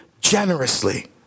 generously